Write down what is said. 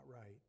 right